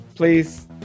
Please